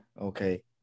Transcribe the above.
Okay